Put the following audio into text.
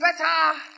better